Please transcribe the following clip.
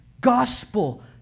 gospel